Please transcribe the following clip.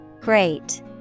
Great